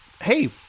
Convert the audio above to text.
Hey